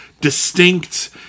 distinct